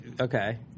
okay